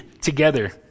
together